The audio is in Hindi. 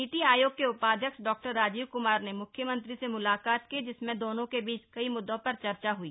नीति आयोग के उपाध्यक्ष डॉ राजीव कुमार ने मुख्यमंत्री से मुलाकात की जिसमें दोनों के बीच कई मुद्दों पर चर्चा हई